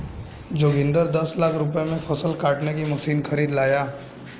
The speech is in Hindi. जोगिंदर दस लाख रुपए में फसल काटने की मशीन खरीद कर लाया